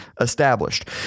established